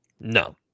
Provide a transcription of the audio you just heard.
No